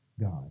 God